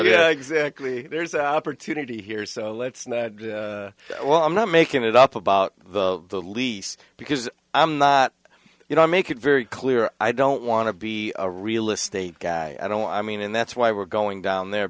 yeah exactly there's an opportunity here so let's now well i'm not making it up about the lease because i'm not you know i make it very clear i don't want to be a real estate guy i don't know i mean and that's why we're going down there